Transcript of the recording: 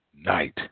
Night